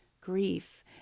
grief